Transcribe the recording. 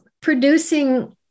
producing